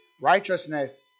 Righteousness